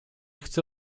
chcę